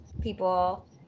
people